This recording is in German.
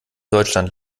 deutschland